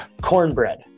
cornbread